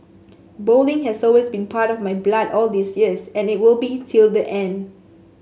bowling has always been part of my blood all these years and it will be till the end